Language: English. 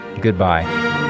Goodbye